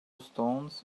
stones